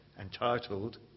entitled